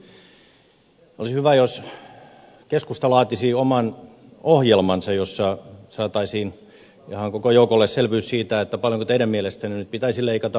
olisi hyvä jos keskusta laatisi oman ohjelmansa jossa saataisiin ihan koko joukolle selvyys siitä paljonko teidän mielestänne nyt pitäisi leikata